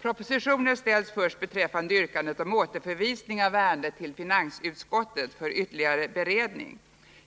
Propositioner ställs först beträffande yrkandet om återförvisning av ärendet till finansutskottet för ytterligare beredning.